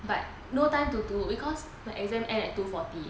but no time to do because the exam end at two forty